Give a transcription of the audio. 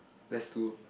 less two